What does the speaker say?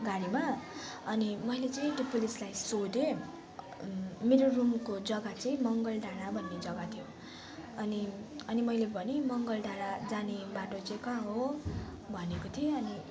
गाडीमा अनि मैले चाहिँ त्यो पुलिसलाई सोधेँ मेरो रुमको जग्गा चाहिँ मङ्गलडाँडा भन्ने जग्गा थियो अनि अनि मैले भनेँ मङ्गलडाँडा जाने बाटो चाहिँ कहाँ हो भनेको थिएँ अनि